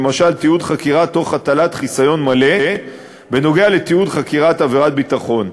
למשל תיעוד חקירה תוך הטלת חיסיון מלא בנוגע לתיעוד חקירת עבירת ביטחון.